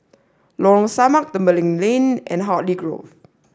Lorong Samak Tembeling Lane and Hartley Grove